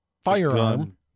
firearm